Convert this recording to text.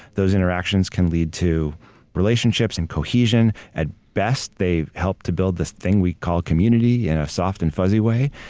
those interactions can lead to relationships and cohesion at best, they've helped to build this thing we call community in a soft and fuzzy way.